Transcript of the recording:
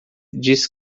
disse